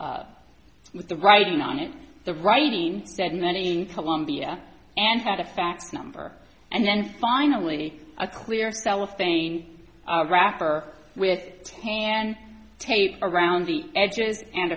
the with the writing on it the writing said many in columbia and had a fax number and then finally a clear cellophane wrapper with its hand tape around the edges and